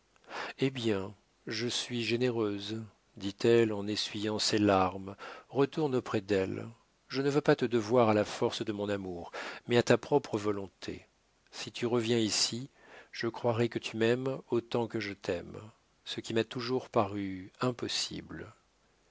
hé bien je suis généreuse dit-elle en essuyant ses larmes retourne auprès d'elle je ne veux pas te devoir à la force de mon amour mais à ta propre volonté si tu reviens ici je croirai que tu m'aimes autant que je t'aime ce qui m'a toujours paru impossible